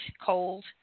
cold